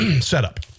setup